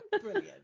Brilliant